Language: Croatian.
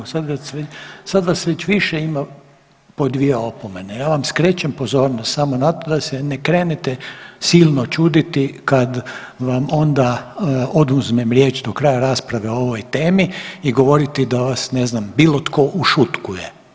Sad vas već više ima po dvije opomene, ja vam skrećem pozornost samo na to da se ne krenete silno čuditi kad vam onda oduzmem riječ do kraja rasprave o ovoj temi i govoriti da vas ne znam bilo tko ušutkuje.